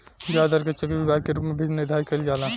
ब्याज दर के चक्रवृद्धि ब्याज के रूप में भी निर्धारित कईल जाला